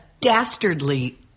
dastardly